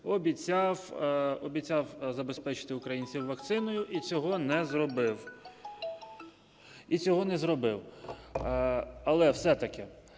обіцяв забезпечити українців вакциною і цього не зробив. Але все-таки